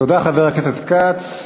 תודה, חבר הכנסת כץ.